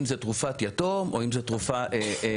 אם זה תרופת יתום או אם זה תרופה להשמנה,